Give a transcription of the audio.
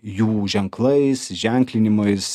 jų ženklais ženklinimais